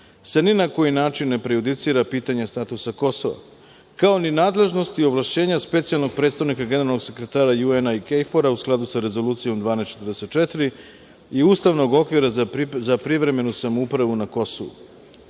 se ni na koji način ne prejudicira pitanje statusa Kosova kao ni nadležnosti ni ovlašćenja specijalnog predstavnika Generalnog sekretara UN i KFOR u skladu sa Rezolucijom 1244 i ustavnog okvira za privremenu samoupravu na